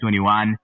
2021